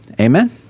Amen